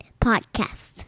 Podcast